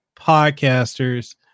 podcasters